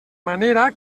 manera